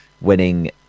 winning